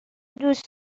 دوست